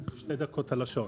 שתי דקות על השעון.